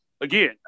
again